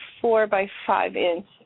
four-by-five-inch